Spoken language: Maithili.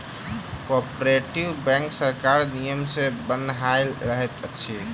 कोऔपरेटिव बैंक सरकारक नियम सॅ बन्हायल रहैत अछि